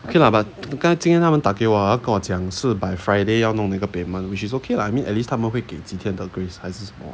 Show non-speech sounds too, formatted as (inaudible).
okay but (noise) 今天那个人打给我他跟我讲说 by friday 要弄那个 payment which is okay lah I mean at least 他们会给今天的 grace 还是什么